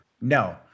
No